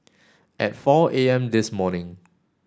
at four A M this morning